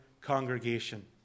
congregation